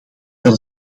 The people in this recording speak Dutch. dat